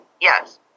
Yes